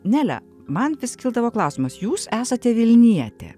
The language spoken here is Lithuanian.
nele man vis kildavo klausimas jūs esate vilnietė